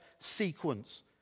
sequence